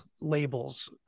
labels